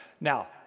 Now